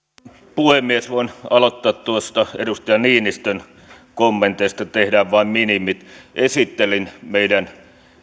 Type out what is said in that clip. puhemies voin aloittaa tuosta edustaja niinistön kommentista että tehdään vain minimi esittelin meidän